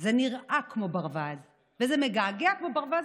זה נראה כמו ברווז וזה מגעגע כמו ברווז,